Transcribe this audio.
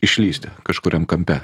išlįsti kažkuriam kampe